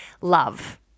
Love